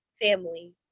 family